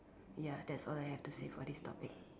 ya that's all I have to say for this topic